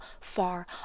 far